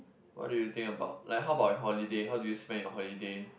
what do you think about like how about your holiday how do you spend your holiday